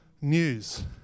news